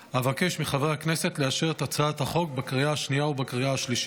אבקש מחברי הכנסת לאשר את הצעת החוק בקריאה השנייה ובקריאה השלישית.